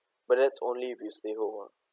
but that's only if you stay home ah